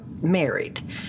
married